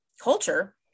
culture